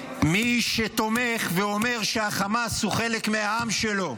מי שתומך ואומר שהחמאס הוא חלק מהעם שלו,